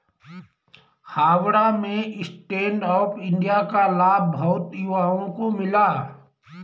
हावड़ा में stand up India का लाभ बहुत युवाओं को मिला